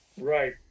Right